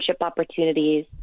opportunities